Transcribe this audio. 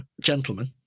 gentlemen